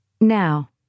Now